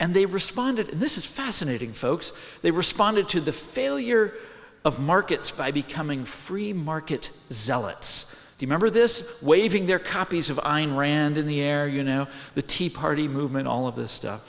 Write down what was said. they responded this is fascinating folks they responded to the failure of markets by becoming free market zealots remember this waving their copies of iron randon the air you know the tea party movement all of this stuff